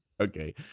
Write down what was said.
Okay